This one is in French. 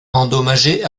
endommagé